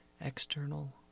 external